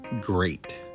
great